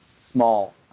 small